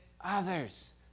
others